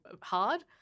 hard